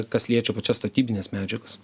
kas liečia pačias statybines medžiagas